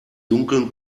dunkeln